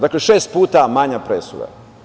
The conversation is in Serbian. Dakle, šest puta manja presuda.